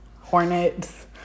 hornets